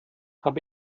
habe